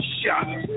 shot